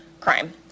crime